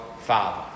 Father